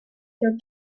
for